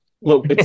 Look